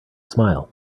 smile